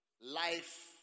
Life